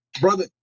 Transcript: Brother